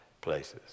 places